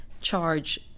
charge